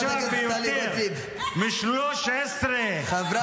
אני אגמול אותך מלבקר משפחות של מחבלים?